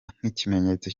nk’ikimenyetso